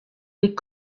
les